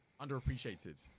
underappreciated